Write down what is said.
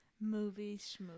movies